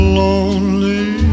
lonely